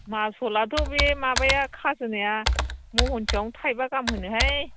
मासलाथ' बे माबाया खाजोनाया महनसेयावनो थाइबा गाहाम होनोहाय